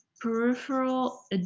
peripheral